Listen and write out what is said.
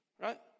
Right